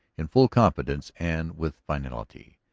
in full confidence and with finality.